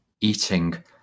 eating